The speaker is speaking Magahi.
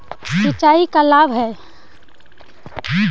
सिंचाई का लाभ है?